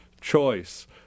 choice